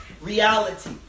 reality